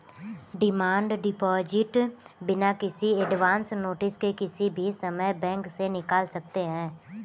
demand deposit बिना किसी advance notice के किसी भी समय बैंक से निकाल सकते है